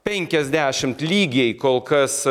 penkiasdešimt lygiai kol kas